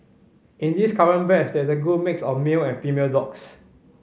in this current batch there is a good mix of male and female dogs